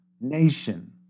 nation